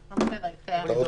היו 20,000. הם לא קבעו כלום,